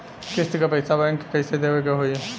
किस्त क पैसा बैंक के कइसे देवे के होई?